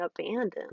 abandoned